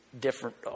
different